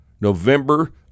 November